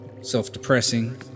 self-depressing